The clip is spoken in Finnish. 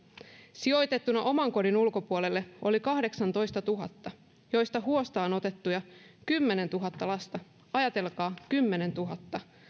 sijoitettuna oman kodin ulkopuolelle oli kahdeksantoistatuhatta joista huostaanotettuja kymmenentuhatta lasta ajatelkaa kymmenentuhatta